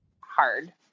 hard